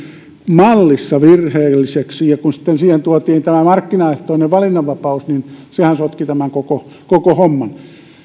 mallissa virheelliseksi ja kun sitten siihen tuotiin markkinaehtoinen valinnanvapaus niin sehän sotki tämän koko koko homman